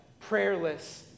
prayerless